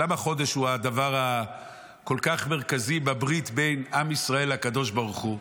למה חודש הוא דבר כל כך מרכזי בברית בין עם ישראל לקדוש ברוך הוא?